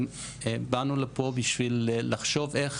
באנו לפה בשביל לחשוב איך